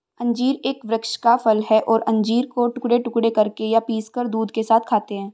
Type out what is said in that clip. अंजीर एक वृक्ष का फल है और अंजीर को टुकड़े टुकड़े करके या पीसकर दूध के साथ खाते हैं